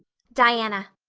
diana,